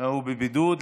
הוא בבידוד.